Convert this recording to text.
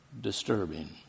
disturbing